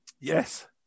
Yes